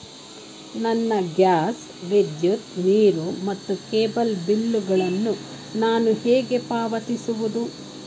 ನನ್ನ ಗ್ಯಾಸ್, ವಿದ್ಯುತ್, ನೀರು ಮತ್ತು ಕೇಬಲ್ ಬಿಲ್ ಗಳನ್ನು ನಾನು ಹೇಗೆ ಪಾವತಿಸುವುದು?